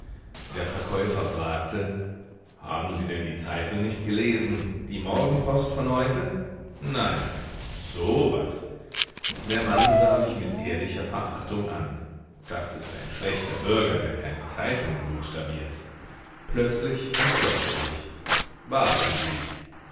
der verkäufer fragte haben sie denn die zeitung nicht gelesen die morgenpost von heute nein so was der mann sah mich mit ehrlicher verachtung an das ist ein schlechter bürger der keine zeitungen buchstabiert plötzlich entschloß er sich warten sie